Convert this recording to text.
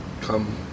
come